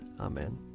Amen